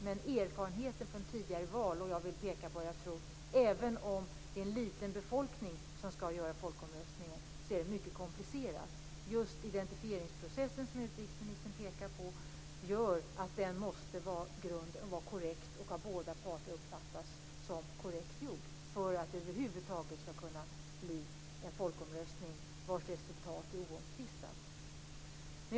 Men erfarenheter från tidigare val är sådana att även om det är en liten befolkning som skall göra folkomröstningen är det mycket komplicerat. Det gäller just identifieringsprocessen, som utrikesministern pekade på. Den måste vara grunden och av båda parter uppfattas som korrekt gjord för att det över huvud taget skall kunna bli en folkomröstning vars resultat är oomtvistat.